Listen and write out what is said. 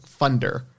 funder